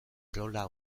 rola